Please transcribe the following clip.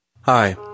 Hi